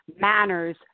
manners